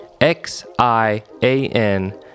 X-I-A-N